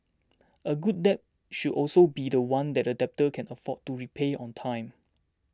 a good debt should also be one that the debtor can afford to repay on time